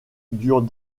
durent